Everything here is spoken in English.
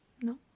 No